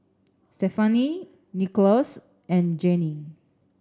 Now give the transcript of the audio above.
Stefani Nicklaus and Janie